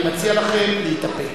אי-אפשר להתאפק?